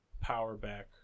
power-back